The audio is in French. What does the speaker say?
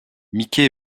mickey